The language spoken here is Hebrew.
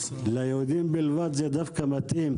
"ליהודים בלבד" זה דווקא מתאים,